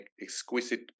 exquisite